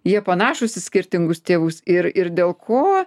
jie panašūs į skirtingus tėvus ir ir dėl ko